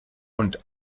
und